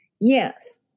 Yes